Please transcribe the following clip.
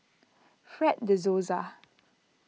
Fred De Souza